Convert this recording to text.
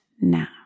now